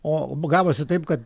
o gavosi taip kad